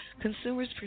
consumers